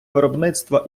виробництва